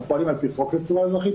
אנחנו פועלים לפי חוק קבורה אזרחית,